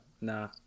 Nah